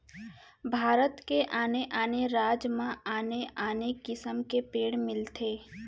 भारत के आने आने राज म आने आने किसम के पेड़ मिलथे